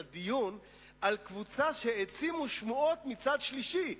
דיון על קבוצה שהעצימה שמועות מצד שלישי,